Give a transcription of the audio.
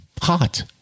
Hot